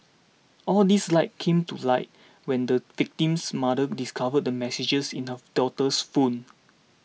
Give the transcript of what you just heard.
all these came to light when the victim's mother discovered the messages in her daughter's phone